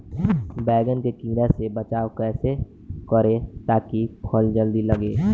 बैंगन के कीड़ा से बचाव कैसे करे ता की फल जल्दी लगे?